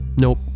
Nope